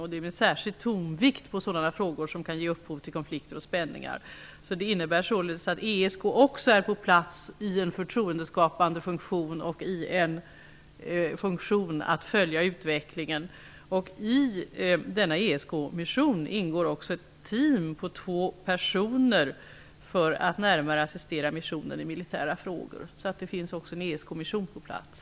Det gäller med särskild tonvikt på sådana frågor som kan ge upphov till konflikter och spänningar. Det innebär således att även ESK är på plats i en förtroendeskapande funktion och i en funktion att följa utvecklingen. I denna ESK-mission ingår också ett team på två personer för att närmare assistera missionen i militära frågor. Det finns alltså även en ESK-mission på plats.